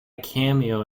cameo